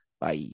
Bye